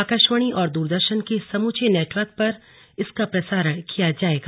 आकाशवाणी और द्रदर्शन के समूचे नेटवर्क पर इसका प्रसारण किया जाएगा